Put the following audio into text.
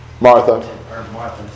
Martha